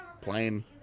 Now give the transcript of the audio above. Plain